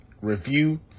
review